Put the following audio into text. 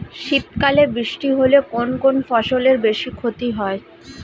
শীত কালে বৃষ্টি হলে কোন কোন ফসলের বেশি ক্ষতি হয়?